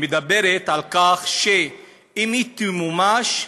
מדברת על כך שאם היא תמומש,